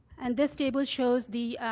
and this table shows the